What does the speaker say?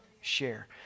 share